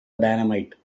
dynamite